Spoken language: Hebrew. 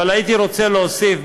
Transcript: אבל הייתי רוצה להוסיף,